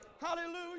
Hallelujah